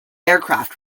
aircraft